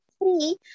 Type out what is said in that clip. free